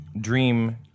dream